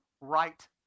right